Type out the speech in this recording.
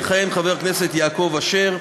יכהן חבר הכנסת יעקב אשר.